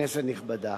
כנסת נכבדה,